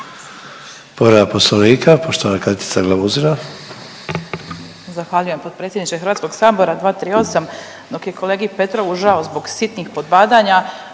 Povreda Poslovnika, poštovana Katica Glamuzina.